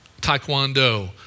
Taekwondo